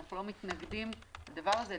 אנחנו לא מתנגדים לדבר הזה,